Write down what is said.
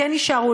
כן יישארו,